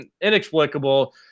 Inexplicable